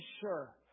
sure